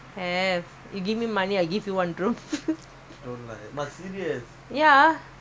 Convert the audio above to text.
ya ya